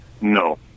No